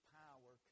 power